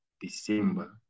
December